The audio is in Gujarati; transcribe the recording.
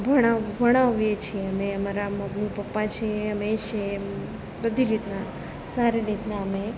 ભણાવીએ છીએ અમે અમારા મમ્મી પપ્પા છે અમે છીએ તો બધી રીતના સારી રીતના અમે